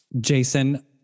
Jason